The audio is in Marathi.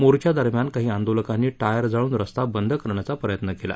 मोर्चादरम्यान काही आधीलकाहीी शियर जाळून रस्ता बद्ध करण्याचा प्रयत्न केला